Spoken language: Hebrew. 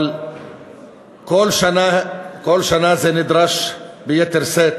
אבל כל שנה זה נדרש ביתר שאת,